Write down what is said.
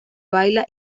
baila